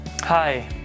Hi